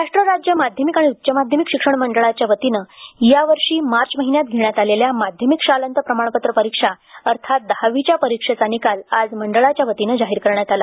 महाराष्ट्र राज्य माध्यमिक आणि उच्च माध्यमिक शिक्षण मंडळाच्या वतीने या वर्षी मार्च महिन्यात घेण्यात आलेल्या माध्यमिक शालांत प्रमाणपत्र परीक्षा अर्थात दहावीच्या परीक्षेचा निकाल आज मंडळाच्यावतीने आज जाहीर करण्यात आला